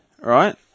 Right